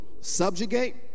subjugate